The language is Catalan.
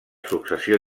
successió